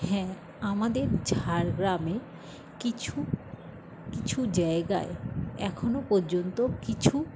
হ্যাঁ আমাদের ঝাড়গ্রামে কিছু কিছু জায়গায় এখনো পর্যন্ত কিছু